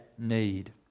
need